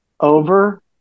Over